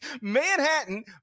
Manhattan